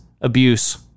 abuse